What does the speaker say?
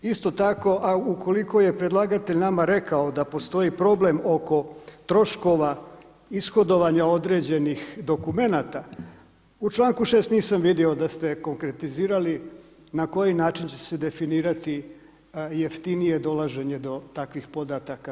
Isto tako ukoliko je predlagatelj nama rekao da postoji problem oko troškova ishodovanja određenih dokumenata, u članku 6. nisam vidio da ste konkretizirali na koji način će se definirati jeftinije dolaženje do takvih podataka.